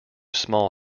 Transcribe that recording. small